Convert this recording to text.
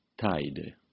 Tide